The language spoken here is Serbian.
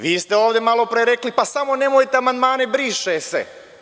Vi ste ovde malo pre rekli – pa samo nemojte amandmane „briše se“